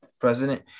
president